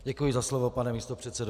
Děkuji za slovo, pane místopředsedo.